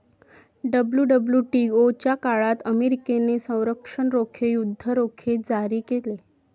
WWTO च्या काळात अमेरिकेने संरक्षण रोखे, युद्ध रोखे जारी केले